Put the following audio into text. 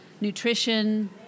nutrition